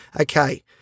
Okay